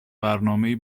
برنامهای